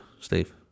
Steve